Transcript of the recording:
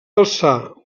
alçar